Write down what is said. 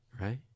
right